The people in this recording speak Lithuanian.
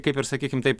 kaip ir sakykim taip